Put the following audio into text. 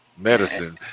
medicine